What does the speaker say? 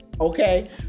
Okay